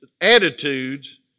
attitudes